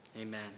Amen